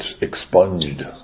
expunged